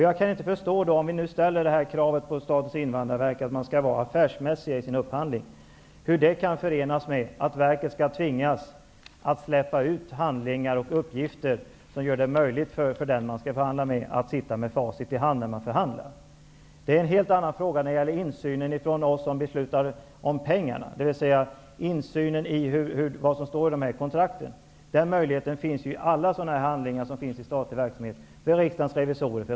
Jag kan inte förstå hur kravet på att Statens invandrarverk skall agera affärsmässigt i upphandlingar kan förenas med att verket skall tvingas att släppa ut handlingar och uppgifter som gör det möjligt för motparten att sitta med facit i handen. Insynen från oss som beslutar om pengarna är en helt annan fråga. Det gällar alltså insynen i vad som står i kontrakten. Den möjligheten finns för alla handlingar som rör statlig verksamhet för t.ex.